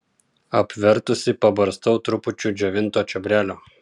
apvertusi pabarstau trupučiu džiovinto čiobrelio